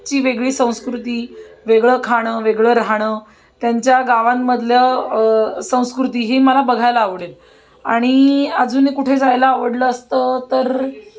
ची वेगळी संस्कृती वेगळं खाणं वेगळं राहणं त्यांच्या गावांमधलं संस्कृती ही मला बघायला आवडेल आणि अजूनही कुठे जायला आवडलं असतं तर